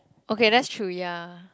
okay that's true ya